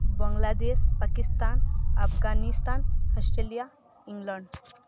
Bangladesh Pakistan Afghanistan Australia England